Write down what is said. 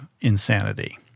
insanity